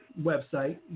website